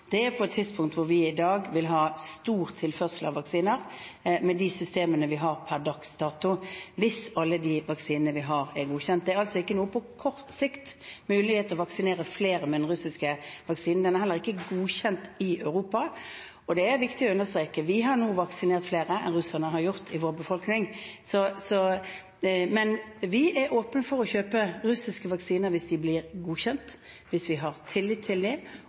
med de systemene vi har per dags dato hvis alle de vaksinene vi har, er godkjent. På kort sikt er det altså ikke noen mulighet til å vaksinere flere med den russiske vaksinen. Den er heller ikke godkjent i Europa. Og det er viktig å understreke at vi nå har vaksinert flere enn russerne har gjort, i vår befolkning. Men vi er åpne for å kjøpe russiske vaksiner hvis de blir godkjent, hvis vi har tillit til dem, og hvis vi ser at vi kan gjøre et felles innkjøp av dem. Men jeg vil gjerne ikke kjøpe vaksiner før de